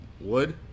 wood